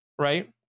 right